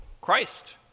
Christ